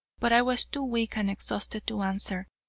but i was too weak and exhausted to answer,